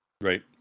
Right